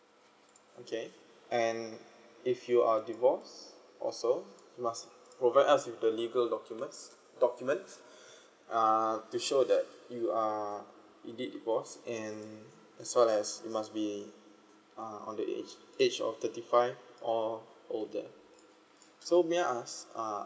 okay and if you are divorce also you must provide us with the legal documents document uh to show that you are indeed divorce and as well as you must uh be on the age age of thirty five or older so may I ask uh